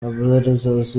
abdelaziz